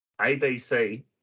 ABC